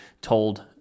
told